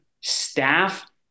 staff